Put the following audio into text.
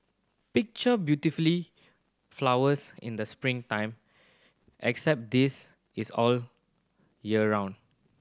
picture beautifully flowers in the spring time except this is all year round